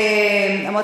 מי זה קדמן?